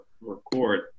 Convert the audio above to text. record